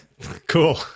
Cool